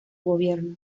gobierno